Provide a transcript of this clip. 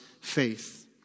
faith